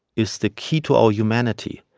is the key to all humanity.